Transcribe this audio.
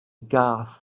gath